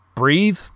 breathe